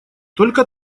только